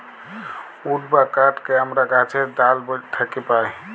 would বা কাহাঠকে আমরা গাহাছের ডাহাল থ্যাকে পাই